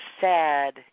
sad